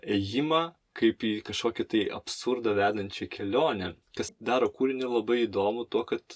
ėjimą kaip į kažkokį tai absurdą vedančią kelionę kas daro kūrinį labai įdomų tuo kad